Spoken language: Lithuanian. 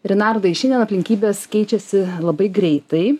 rinardai šiandien aplinkybės keičiasi labai greitai